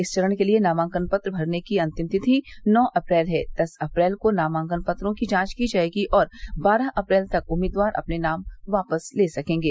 इस चरण के लिये नामांकन पत्र भरने की अंतिम तिथि नौ अप्रैल है दस अप्रैल को नामांकन पत्रों की जांच की जायेगी और बारह अप्रैल तक उम्मीदवार अपने नाम वापस ले सकेंगे